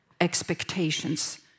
expectations